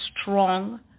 strong